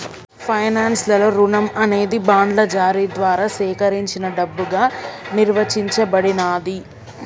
finance లలో రుణం అనేది బాండ్ల జారీ ద్వారా సేకరించిన డబ్బుగా నిర్వచించబడినాది